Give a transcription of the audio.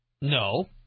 No